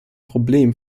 problem